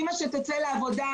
אימא שתצא לעבודה,